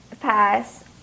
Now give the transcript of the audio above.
pass